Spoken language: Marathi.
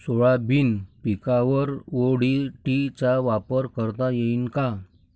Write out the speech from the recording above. सोयाबीन पिकावर ओ.डी.टी चा वापर करता येईन का?